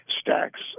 Stacks